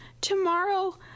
tomorrow